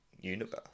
universe